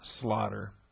slaughter